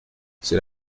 c’est